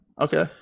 Okay